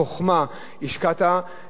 במיוחד שהחוק הזה לא הגיע בשל.